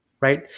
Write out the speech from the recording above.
right